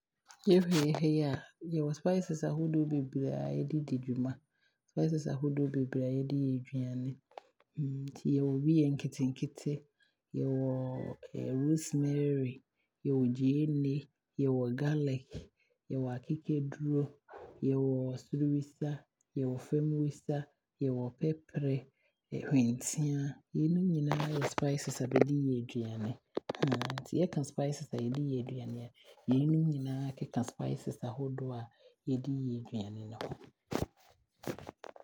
Yɛhwɛ yɛ ha yi a yɛwɔ spieces ahodoɔ beberee a yɛde di dwuma, spieces ahodoɔ beberee a yɛde yɛ aduane, nti yɛwɔ bi yɛ nketenkete, yɛwɔ rosemary, yɛwɔ gyeene, yɛwɔ garlic, yɛwɔ kakaduro, yɛwɔ soro wisa, yɛwɔ fam wisa, yɛwɔ pɛperɛ, hwenteaa, yeinom nyinaa yɛ spieces a bɛde yɛ aduane. Nti yɛka spieces a yɛde yɛ aduane a yeinom nyinaa keka spieces ahodoɔ a yɛde yɛ aduane no ho.